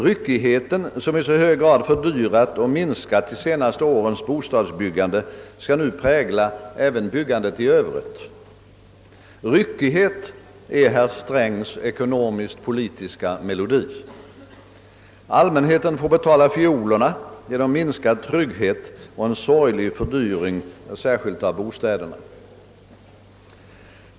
Ryckigheten, som i så hög grad fördyrat och minskat de senaste årens bostadsbyggande, skall nu prägla även byggandet i övrigt. Ryckighet är herr Strängs ekonomisk-politiska melodi! Allmänheten får betala fiolerna genom minskad trygghet och en sorglig fördyring, särskilt av bostäderna.